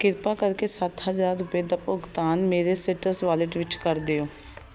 ਕਿਰਪਾ ਕਰਕੇ ਸੱਤ ਹਜ਼ਾਰ ਰੁਪਏ ਦਾ ਭੁਗਤਾਨ ਮੇਰੇ ਸੀਟਰਸ ਵਾਲਟ ਵਿੱਚ ਕਰ ਦਿਓ